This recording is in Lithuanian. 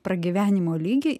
pragyvenimo lygį